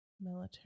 Military